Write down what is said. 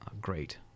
great